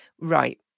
right